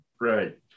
Right